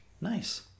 Nice